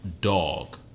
dog